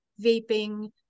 vaping